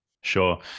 Sure